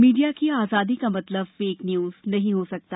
media की आज़ादी का मतलब फेक न्यूज़ नहीं हो सकता